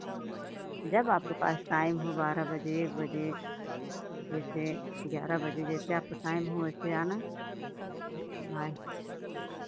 जब आपके पास टाइम हो बारह बजे एक बजे जैसे ग्यारह बजे जैसे आपको टाइम हो वैसे आना भाई